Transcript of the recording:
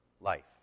life